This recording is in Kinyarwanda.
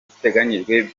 giteganyijwe